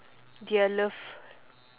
their love